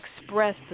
express